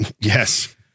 Yes